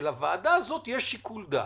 שלוועדה הזאת יש שיקול דעת.